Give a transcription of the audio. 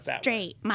straight